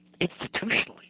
institutionally